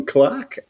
Clark